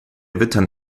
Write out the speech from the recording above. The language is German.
wittern